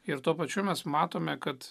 ir tuo pačiu mes matome kad